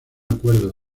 acuerdo